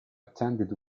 attended